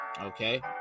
okay